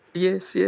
yes, yeah